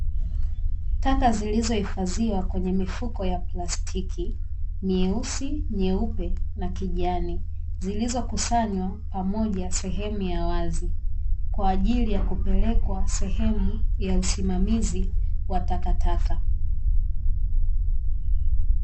Taka zilizo hifadhiwa kwenye mifuko ya plastiki meusi, nyeupe na kijani zilizokusanywa pamoja sehemu ya wazi, kwa ajili ya kupelekwa sehemu ya usimamizi wa takataka.